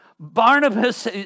Barnabas